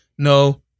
No